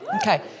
Okay